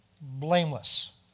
blameless